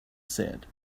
said